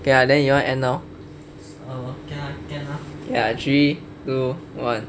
okay then you want to end now okay lah three two one